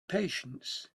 patience